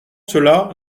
cela